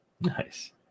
Nice